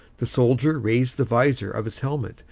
the soldier raised the visor of his helmet,